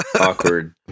awkward